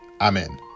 Amen